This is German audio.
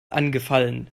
angefallen